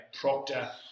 Proctor